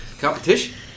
Competition